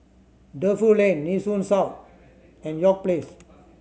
Defu Lane Nee Soon South and York Place